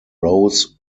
rose